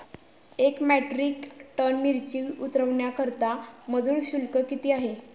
एक metric tonne मिरची उतरवण्याकरता मजुर शुल्क किती आहे?